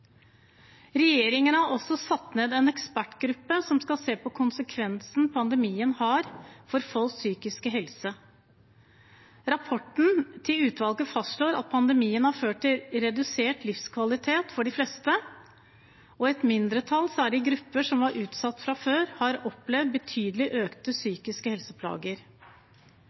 Regjeringen har også satt ned en ekspertgruppe som skal se på konsekvensen pandemien har for folks psykiske helse. Rapporten til utvalget fastslår at pandemien har ført til redusert livskvalitet for de fleste. Et mindretall, særlig grupper som var utsatt fra før, har opplevd betydelig økte psykiske helseplager.